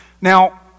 Now